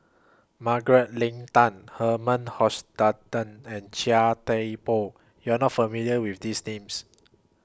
Margaret Leng Tan Herman Hochstadt and Chia Thye Poh YOU Are not familiar with These Names